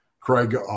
Craig